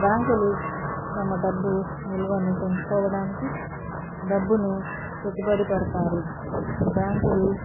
బ్యాంకులు తమ డబ్బు నిలవను పెంచుకోవడానికి డబ్బును పెట్టుబడి పెడతారు బ్యాంకులు